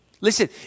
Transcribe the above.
Listen